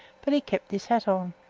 but he kept his hat on.